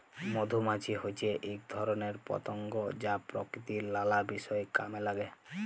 মধুমাছি হচ্যে এক ধরণের পতঙ্গ যা প্রকৃতির লালা বিষয় কামে লাগে